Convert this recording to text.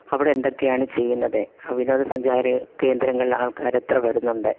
അവിടെ എന്തൊക്കെയാണ് ചെയ്യുന്നത് വിനോദസഞ്ചാര കേന്ദ്രങ്ങളിൽ ആൾക്കാർ എത്ര വരുന്നുണ്ട്